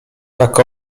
tak